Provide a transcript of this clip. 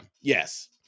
Yes